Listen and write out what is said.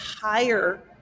higher